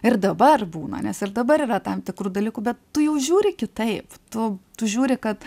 ir dabar būna nes ir dabar yra tam tikrų dalykų bet tu jau žiūri kitaip tu tu žiūri kad